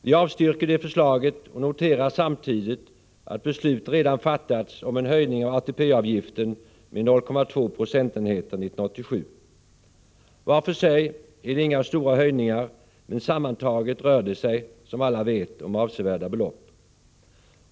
Vi avstyrker det förslaget och noterar samtidigt att beslut redan fattats om en höjning av ATP-avgiften med 0,2 procentenheter 1987. Var för sig är det inga stora höjningar, men sammantaget rör det sig, som alla vet, om avsevärda belopp.